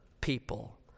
people